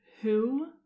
Who